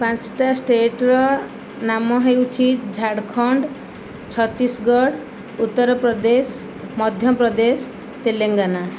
ପାଞ୍ଚଟା ଷ୍ଟେଟର ନାମ ହେଉଛି ଝାଡ଼ଖଣ୍ଡ ଛତିଶଗଡ଼ ଉତ୍ତରପ୍ରଦେଶ ମଧ୍ୟପ୍ରଦେଶ ତେଲେଙ୍ଗାନା